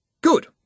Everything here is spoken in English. Good